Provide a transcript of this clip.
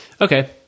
Okay